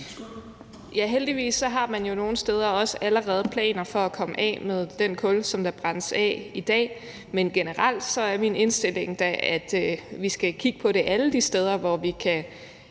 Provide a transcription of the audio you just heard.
(S): Heldigvis har man jo nogle steder også allerede planer for at komme af med den kul, som brændes af i dag. Men generelt er min indstilling da, at vi skal kigge på alle de steder, hvor vi kan